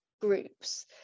groups